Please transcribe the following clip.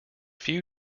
few